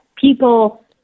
people